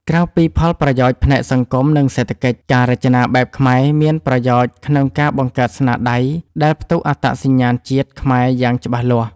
ក្រៅពីផលប្រយោជន៍ផ្នែកសង្គម និងសេដ្ឋកិច្ច ការរចនាបែបខ្មែរមានប្រយោជន៍ក្នុងការបង្កើតស្នាដៃដែលផ្ទុកអត្តសញ្ញាណជាតិខ្មែរយ៉ាងច្បាស់លាស់។